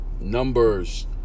numbers